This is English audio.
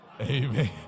Amen